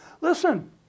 Listen